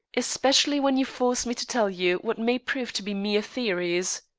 especially when you force me to tell you what may prove to be mere theories.